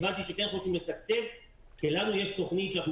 והבנתי שכן חושבים לתקצב כי לנו יש תוכנית שאנחנו